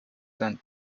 saint